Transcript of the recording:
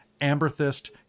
amberthist